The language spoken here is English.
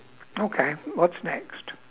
okay what's next